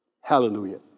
Hallelujah